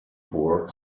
bore